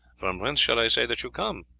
from whence shall i say that you come,